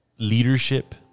Leadership